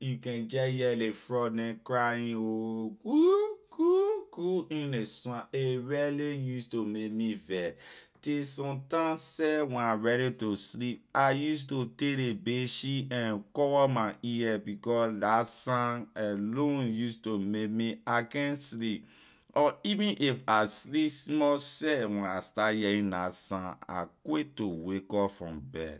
you can jeh hear ley frog neh crying ho cruwoo- cruwoo- cruu in ley swamp a really use to may me vex till sometime seh when I ready to sleep I use to take ley bay sheet and cover my ear becor la sign alone use to may me I can’t sleep or even if I sleep small seh when I start hearing la sign I quick to wake up from bed.